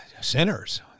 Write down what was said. sinners